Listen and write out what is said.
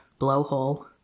blowhole